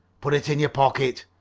put it in your pocket,